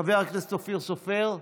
חבר הכנסת אופיר סופר,